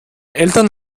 eltern